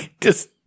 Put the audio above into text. Just-